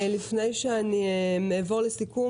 לפני שאעבור לסיכום,